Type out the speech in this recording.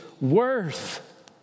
worth